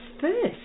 first